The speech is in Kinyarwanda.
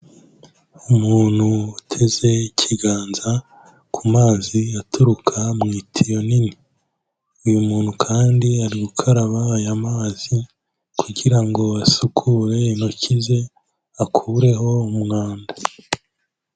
Umuntu uteze ikiganza ku mazi aturuka mu itiyo nini, uyu muntu kandi ari gukaraba aya mazi kugira ngo asukure intoki ze akureho umwanda.